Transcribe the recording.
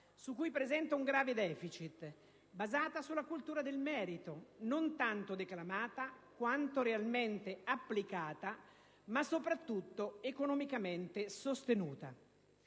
su cui presenta un grave deficit, basata sulla cultura del merito, non tanto declamata quanto realmente applicata e soprattutto economicamente sostenuta.